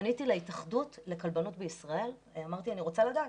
פניתי להתאחדות לכלבנות בישראל ואמרתי 'אני רוצה לדעת,